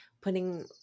putting